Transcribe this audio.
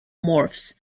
morphs